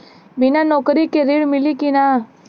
बिना नौकरी के ऋण मिली कि ना?